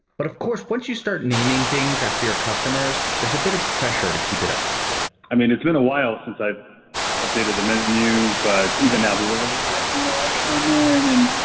but of course, once you start naming things after your customers, there's a bit of pressure to keep it up i mean, it's been a while since i've updated the menu. but even now he really. why? no, i come in.